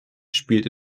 spielt